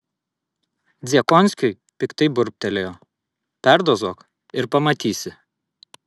dziekonskiui piktai burbtelėjo perdozuok ir pamatysi